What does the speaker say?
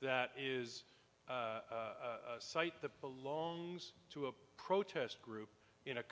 that is a site that belongs to a protest group in a